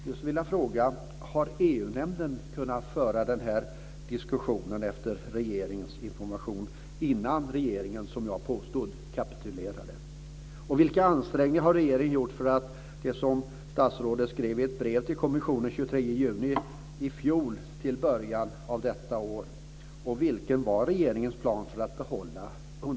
Jag vill fråga: Har EU-nämnden kunnat föra den här diskussionen efter regeringens information innan regeringen, som jag påstod, kapitulerade? 23 juni i fjol fram till i början av detta år?